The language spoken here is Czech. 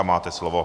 Máte slovo.